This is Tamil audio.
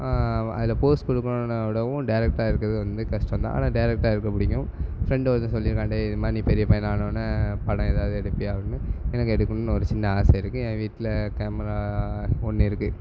அதில் போஸ் கொடுக்குறவன விடவும் டேரெக்டாக இருக்கிறது வந்து கஷ்டந்தான் ஆனால் டேரெக்டாக இருக்க பிடிக்கும் ஃப்ரெண்டு ஒருத்தன் சொல்லியிருக்கான் டேய் இது மாதிரி நீ பெரிய பையனாக ஆனோடன்னே படம் ஏதாவது எடுப்பியா அப்படின்னு எனக்கு எடுக்கணும்னு ஒரு சின்ன ஆசை இருக்குது என் வீட்டில கேமரா ஒன்று இருக்குது